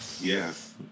yes